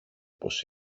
πως